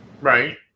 right